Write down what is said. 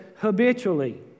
habitually